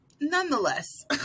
nonetheless